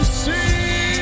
see